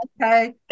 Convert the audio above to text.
Okay